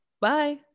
Bye